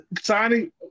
signing